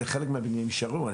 אלא חלק מהבניינים יישארו.